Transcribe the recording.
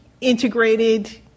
integrated